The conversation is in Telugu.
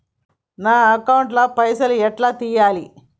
నా అకౌంట్ ల పైసల్ ఎలా తీయాలి?